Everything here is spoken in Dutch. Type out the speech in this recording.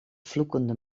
vloekende